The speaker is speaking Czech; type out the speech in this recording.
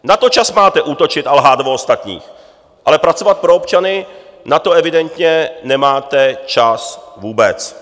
Na to čas máte útočit a lhát o ostatních, ale pracovat pro občany, na to evidentně nemáte čas vůbec.